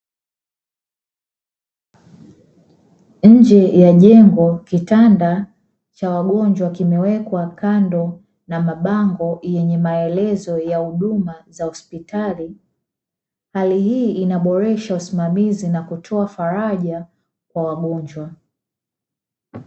Nje ya jengo kitanda cha wagonjwa kimewekwa kando na mabango yenye maelezo ya huduma za hospitali. Hali hii inaboresha usimamizi na kutoa faraja kwa wagonjwa.